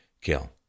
kill